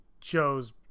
chose